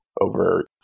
over